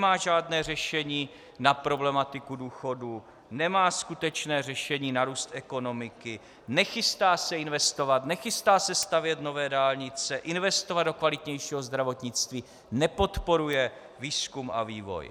Nemá žádné řešení na problematiku důchodů, nemá skutečné řešení na růst ekonomiky, nechystá se investovat, nechystá se stavět nové dálnice, investovat do kvalitnějšího zdravotnictví, nepodporuje výzkum a vývoj.